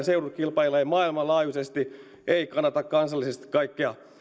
seudut kilpailevat maailmanlaajuisesti ei kannata kansallisesti kaikkea